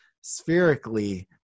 spherically